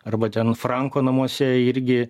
arba ten franko namuose irgi